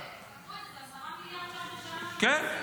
--- ב-10 מיליארד ש"ח בשנה --- כן.